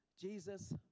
Jesus